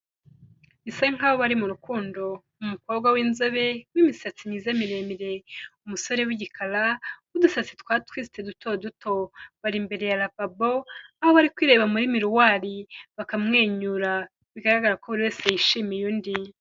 Bisa nkaho bari mu rukundo. Umukobwa w'inzobe w'imisatsi myiza miremire. Umusore w'igikara w'udusatsi twa twisite duto duto. Bari imbere ya lavabo aho bari kwireba muri miruwari bakamwenyura. Bigaragara ko buri wese yishimiye undi.